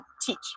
teach